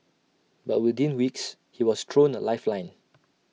but within weeks he was thrown A lifeline